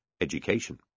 education